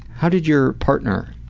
how did your partner